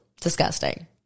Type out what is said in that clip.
disgusting